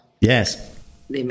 Yes